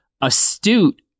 astute